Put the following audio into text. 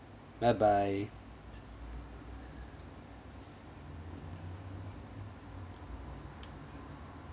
bye bye